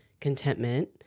contentment